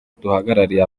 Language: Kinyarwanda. duhagarariye